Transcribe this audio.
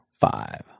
five